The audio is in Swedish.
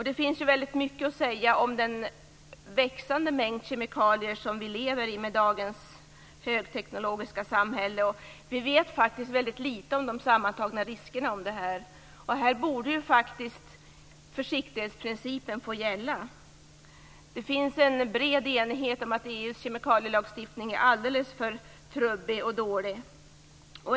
Det finns mycket att säga om den ökande mängd kemikalier vi lever med i dagens högteknologiska samhälle. Vi vet faktiskt väldigt litet om de sammantagna riskerna med kemikalier. Här borde faktiskt försiktighetsprincipen få gälla. Det finns en bred enighet om att EU:s kemikalielagstiftning är alldeles för trubbig och dålig.